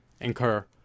incur